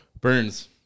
burns